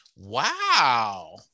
Wow